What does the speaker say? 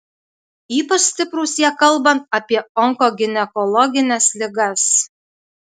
ypač stiprūs jie kalbant apie onkoginekologines ligas